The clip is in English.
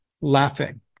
laughing